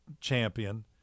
champion